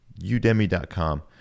udemy.com